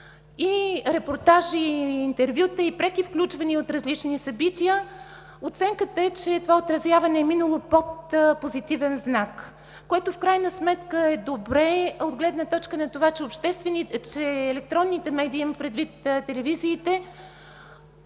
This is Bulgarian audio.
и репортажи, и интервюта, и преки включвания от различни събития. Оценката е, че това отразяване е минало под позитивен знак, което в крайна сметка е добре от гледна точка на това, че електронните медии, имам предвид телевизиите,